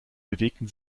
bewegten